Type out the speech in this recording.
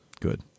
good